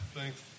Thanks